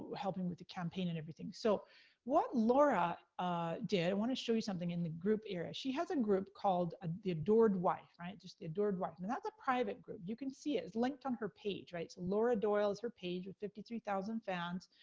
helping with the campaign and everything. so what laura did, i wanna show you something in the group area. she has a group called ah the adored wife, right, just the adored wife. now and that's a private group. you can see it, it's linked on her page, right? so laura doyle, it's her page, with fifty three thousand fans.